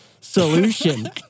Solution